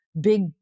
big